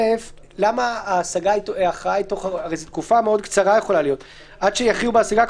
הרי זו יכולה להיות תקופה מאוד קצרה ועד שיכריעו בהשגה,